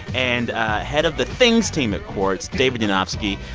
and head of the things team at quartz, david yanofsky.